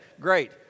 Great